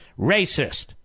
racist